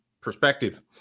perspective